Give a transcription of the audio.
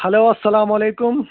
hello اَسَلامُ علیکُم